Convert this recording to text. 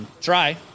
try